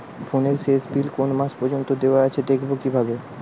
ফোনের শেষ বিল কোন মাস পর্যন্ত দেওয়া আছে দেখবো কিভাবে?